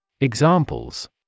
Examples